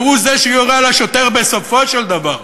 והוא זה שיורה בשוטר בסופו של דבר,